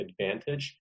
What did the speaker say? advantage